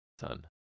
son